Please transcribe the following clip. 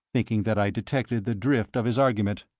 thinking that i detected the drift of his argument.